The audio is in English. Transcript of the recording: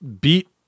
beat